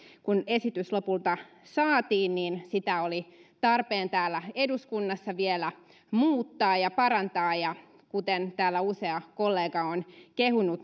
kun esitys lopulta saatiin niin sitä oli tarpeen täällä eduskunnassa vielä muuttaa ja parantaa ja kuten täällä usea kollega on kehunut